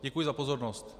Děkuji za pozornost.